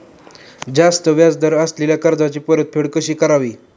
जास्त व्याज दर असलेल्या कर्जाची परतफेड कशी करावी?